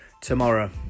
tomorrow